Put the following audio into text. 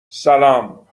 سلام